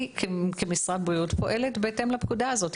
אני, כמשרד הבריאות, פועלת בהתאם לפקודה הזאת.